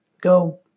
go